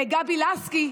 גבי לסקי,